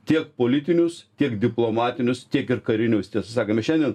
tiek politinius tiek diplomatinius tiek ir karinius tiesą sakant mes šiandien